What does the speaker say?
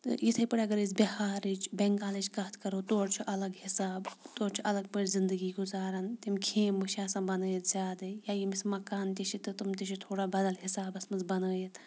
تہٕ یِتھَے پٲٹھۍ اگر أسۍ بِہارٕچ بینٛگالٕچ کَتھ کَرو تور چھُ الگ حِساب تورٕ چھُ الگ پٲٹھۍ زِندگی گُزارَن تِم خیمہٕ چھِ آسان بَنٲیِتھ زیادَے یا ییٚمِس مکان تہِ چھِ تہٕ تِم تہِ چھِ تھوڑا بدل حسابَس منٛز بَنٲیِتھ